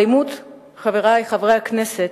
האלימות, חברי חברי הכנסת,